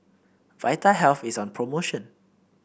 Vitahealth is on promotion